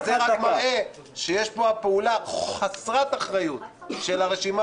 זה רק מראה שיש פה פעולה חסרת אחריות של הרשימה